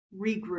regroup